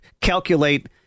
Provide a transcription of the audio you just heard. calculate